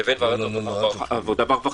לבין ועדת העבודה והרווחה.